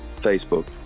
facebook